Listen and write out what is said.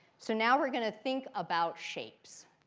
so now we're going to think about shapes.